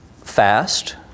fast